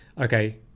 okay